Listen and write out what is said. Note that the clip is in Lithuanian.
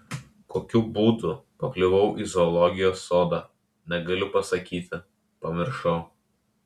kokiu būdu pakliuvau į zoologijos sodą negaliu pasakyti pamiršau